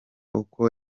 uko